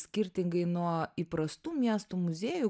skirtingai nuo įprastų miestų muziejų